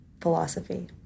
philosophy